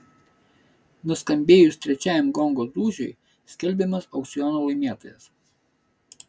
nuskambėjus trečiajam gongo dūžiui skelbiamas aukciono laimėtojas